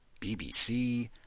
BBC